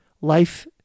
life